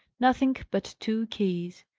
nothing but two keys.